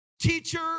teacher